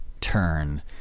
turn